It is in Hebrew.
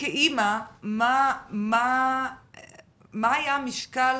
מה היה המשקל